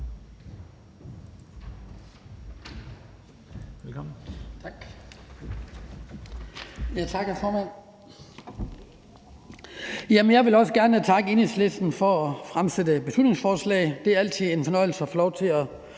Jeg vil også gerne takke Enhedslisten for at fremsætte beslutningsforslaget. Det er altid en fornøjelse at få lov til at